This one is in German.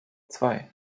zwei